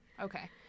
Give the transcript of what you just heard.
Okay